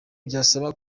byasaba